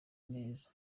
neza